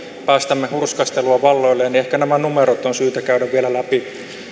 päästämme hurskastelua valloilleen niin ehkä nämä numerot on syytä käydä vielä läpi